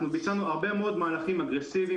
אנחנו ביצענו הרבה מאוד מהלכים אגרסיביים,